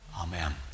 Amen